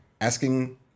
asking